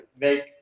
make